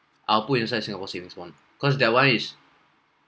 I'll put inside singapore savings bond cause that [one] is